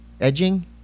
edging